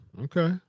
okay